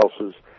else's